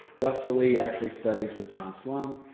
russell lee actually studies with john sloane,